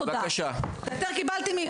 היתר קיבלתי.